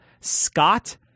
Scott